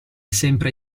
sempre